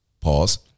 Pause